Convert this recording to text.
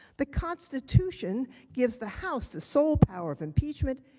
the constitution gives the house the sole power of impeachment,